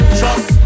trust